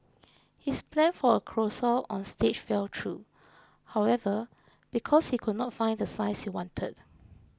his plan for a carousel on stage fell through however because he could not find the size he wanted